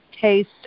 Taste